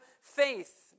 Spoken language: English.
faith